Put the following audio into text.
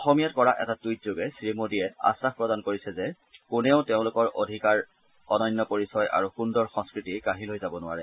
অসমীয়াত কৰা এটা টুইটযোগে শ্ৰীমোদীয়ে আখাস প্ৰদান কৰিছে যে কোনেও তেওঁলোকৰ অধিকাৰ অন্যন্য পৰিচয় আৰু সুন্দৰ সংস্কৃতি কাঢ়ি লৈ যাব নোৱাৰে